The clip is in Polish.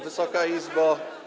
Wysoka Izbo!